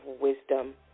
wisdom